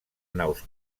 naus